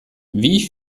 wie